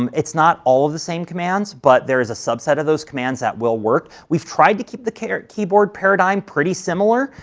um it's not all of the same commands, but there is a subset of those commands that will work. we have tried to keep the keyboard paradigm pretty similar,